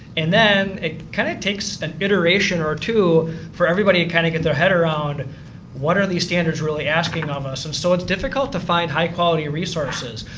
and then it kind of takes an iterration or two for everybody to kind of get their head around what are the standards really asking of us? um so it's difficult to find high quality resources.